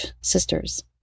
sisters